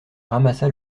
ramassa